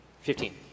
Fifteen